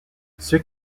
ceux